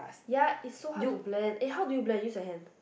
ya it's so hard to blend eh how do you blend use your hand